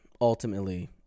Ultimately